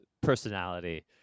personality